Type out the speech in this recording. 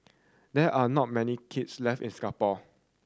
there are not many kilns left in Singapore